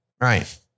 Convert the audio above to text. Right